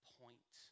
point